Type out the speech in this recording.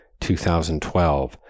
2012